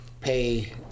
pay